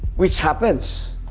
which happens,